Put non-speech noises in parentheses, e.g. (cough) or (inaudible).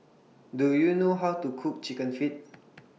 Do YOU know How to Cook Chicken Feet (noise)